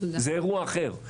זה אירוע אחר,